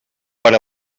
per